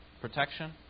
protection